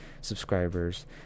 subscribers